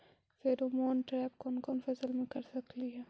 Pheromone trap कोन कोन फसल मे कर सकली हे?